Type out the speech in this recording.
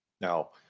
Now